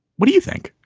what do you think?